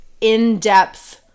in-depth